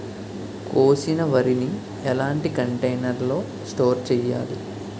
కోసిన వరిని ఎలాంటి కంటైనర్ లో స్టోర్ చెయ్యాలి?